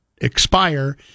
expire